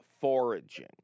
foraging